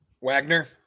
Wagner